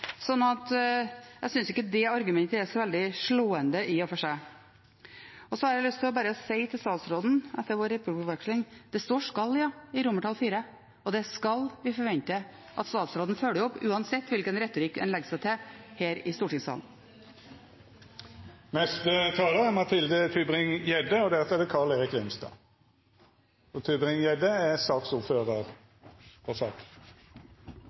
jeg synes i og for seg ikke det argumentet er så veldig slående. Så har jeg bare lyst til å si til statsråden, etter vår replikkordveksling: Det står «skal» i romertall IV, og det skal vi forvente at statsråden følger opp, uansett hvilken retorikk en legger seg på her i stortingssalen.